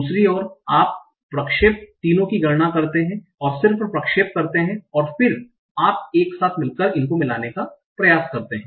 दूसरी ओर आप प्रक्षेप तीनों की गणना करते हैं और सिर्फ प्रक्षेप करते हैं और फिर आप एक साथ मिलकर इनको मिलाने का प्रयास करते हैं